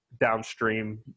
downstream